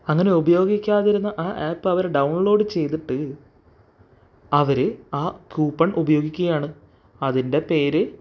അങ്ങനെ ഉപയോഗിക്കാതിരുന്ന ആ ആപ്പ് അവർ ഡൗൺലോഡ് ചെയ്തിട്ട് അവർ ആ കൂപ്പൺ ഉപയോഗിക്കുകയാണ് അതിൻ്റെ പേര്